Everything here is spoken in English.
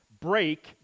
break